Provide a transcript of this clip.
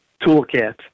toolkit